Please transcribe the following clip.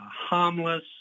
harmless